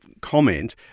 comment